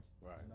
right